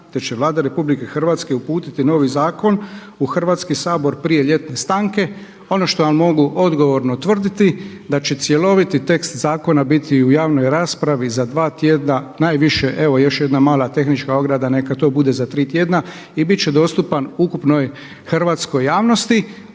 te će Vlada RH uputiti novi zakon u Hrvatski sabor prije ljetne stanke. Ono što vam mogu odgovorno tvrditi da će cjeloviti tekst zakona biti u javnoj raspravi za dva tjedna najviše. Evo još jedna mala tehnička ograda neka to bude za tri tjedna i bit će dostupan ukupnoj hrvatskoj javnosti.